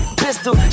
pistol